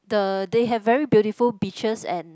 the they have very beautiful beaches and